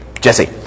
Jesse